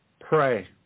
Pray